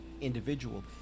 individual